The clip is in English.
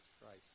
Christ